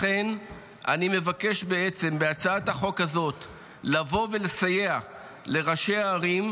לכן אני מבקש בעצם בהצעת החוק הזאת לבוא ולסייע לראשי הערים,